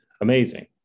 amazing